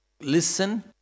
listen